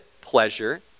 pleasure